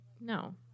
no